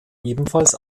ebenfalls